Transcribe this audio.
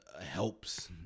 helps